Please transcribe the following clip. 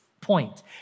point